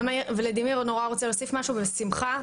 ולדימיר נורא רוצה להוסיף משהו, בשמחה.